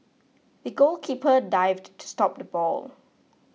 the goalkeeper dived to stop the ball